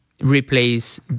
replace